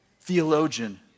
theologian